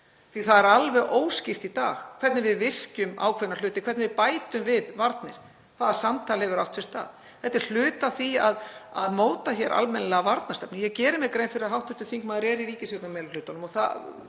að það er alveg óskýrt í dag hvernig við virkjum ákveðna hluti, hvernig við bætum varnir, hvaða samtal hefur átt sér stað. Þetta er hluti af því að móta hér almennilega varnarstefnu. Ég geri mér grein fyrir að hv. þingmaður er í ríkisstjórnarmeirihlutanum og hv.